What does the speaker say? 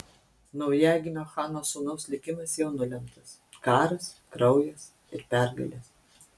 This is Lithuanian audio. naujagimio chano sūnaus likimas jau nulemtas karas kraujas ir pergalės